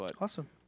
Awesome